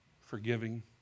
forgiving